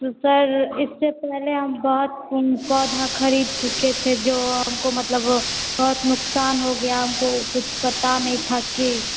sir इसके पहले हम बहुत पौधा खरीद चुके थे जो हमको मतलब बहुत नुकसान हो गया हमको कुछ पता नहीं था कि